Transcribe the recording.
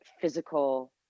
physical